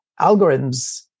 algorithms